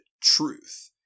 truth